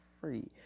free